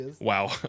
Wow